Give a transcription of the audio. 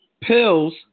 pills